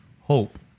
Hope